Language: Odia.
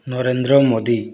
ନରେନ୍ଦ୍ର ମୋଦି